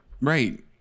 Right